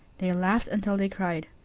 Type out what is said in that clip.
they laughed until they cried.